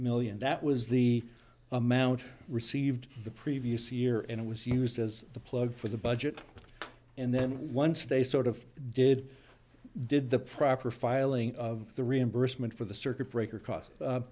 million that was the amount received the previous year and it was used as the plug for the budget and then one stay sort of did did the proper filing of the reimbursement for the circuit breaker cost